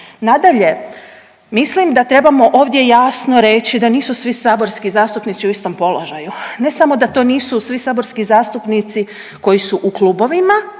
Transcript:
Nadalje, mislim da trebamo ovdje jasno reći da nisu svi saborski zastupnici u istom položaju. Ne samo da to nisu svi saborski zastupnici koji su u klubovima